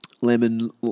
lemon